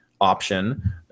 option